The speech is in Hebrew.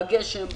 בגשם,